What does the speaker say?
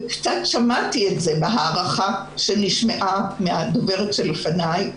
ושמעתי עליו קצת בהערכה של הגברת שדיברה לפניי,